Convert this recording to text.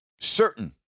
certain